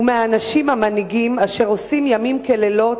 ומהאנשים המנהיגים אשר עושים ימים כלילות